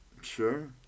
Sure